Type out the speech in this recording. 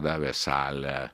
davė salę